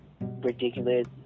ridiculous